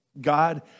God